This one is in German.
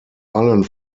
allen